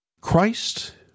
Christ